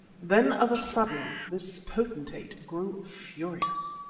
then of a sudden this potentate grew furious.